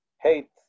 hate